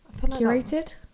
Curated